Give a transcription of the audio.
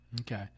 okay